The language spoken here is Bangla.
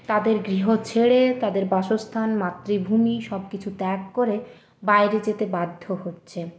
তাদের গৃহ ছেড়ে তাদের বাসস্থান মাতৃভূমি সব কিছু ত্যাগ করে বাইরে যেতে বাধ্য হচ্ছে